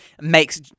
makes –